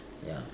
ya